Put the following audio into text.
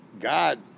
God